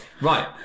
Right